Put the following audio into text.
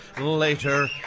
later